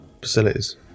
facilities